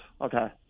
Okay